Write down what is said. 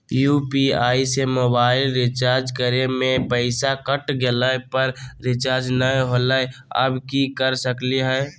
UPI से mobile recharge करे में पैसा कट गेलई, पर रिचार्ज नई होलई, अब की कर सकली हई?